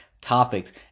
topics